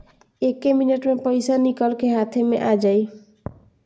एक्के मिनट मे पईसा निकल के हाथे मे आ जाई